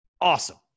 awesome